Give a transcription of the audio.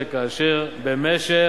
שכאשר במשך,